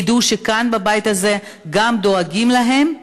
ידעו שכאן בבית הזה גם דואגים להן,